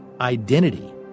identity